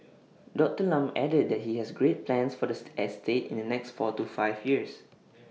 Doctor Lam added that he has great plans for the estate in the next four to five years